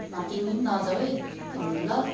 तिमी पनि नजाऊ है ल